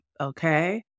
okay